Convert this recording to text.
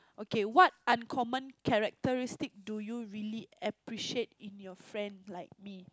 okay what uncommon characteristic do you really appreciate in your friend like me